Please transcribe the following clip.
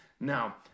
Now